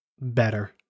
better